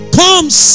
comes